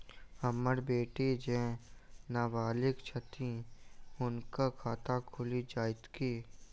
हम्मर बेटी जेँ नबालिग छथि हुनक खाता खुलि जाइत की?